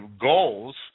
goals